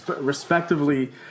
respectively